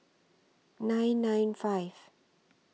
nine nine five